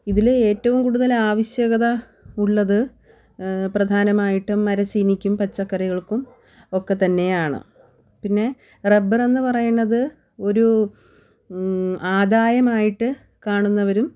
ഇതിൽ ഏറ്റവും കൂടുതൽ ആവശ്യകത ഉള്ളത് പ്രധാനമായിട്ടും മരച്ചീനിക്കും പച്ചക്കറികൾക്കും ഒക്കെ തന്നെയാണ് പിന്നെ റബ്ബർ എന്ന് പറയുന്നത് ഒരു ആദായമായിട്ട് കാണുന്നവരും